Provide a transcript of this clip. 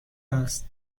است